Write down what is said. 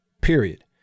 period